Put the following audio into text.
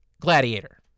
Gladiator